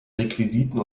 requisiten